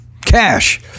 Cash